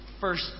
first